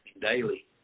daily